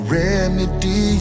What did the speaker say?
remedy